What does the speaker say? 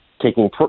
taking